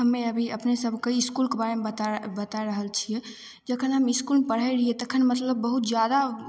हमे अभी अपने सभके इसकुलके बारेमे बतै बतै रहल छिए जखन हम इसकुलमे पढ़ै रहिए तखन मतलब बहुत जादा